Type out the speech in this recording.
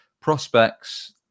prospects